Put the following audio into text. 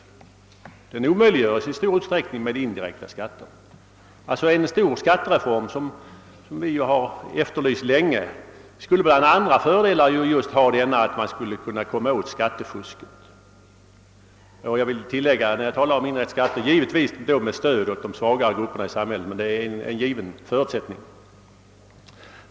Skattefusk omöjliggöres i stor utsträckning med indirekta skatter. En stor skattereform som vi har efterlyst länge skulle alltså även medföra den fördelen att man skulle komma åt skattefusket. Jag vill tillägga, när jag talar om indirekta skatter, att det därvid givetvis skulle lämnas stöd åt de svagare grupperna i samhället, men det är ju en given förutsättning.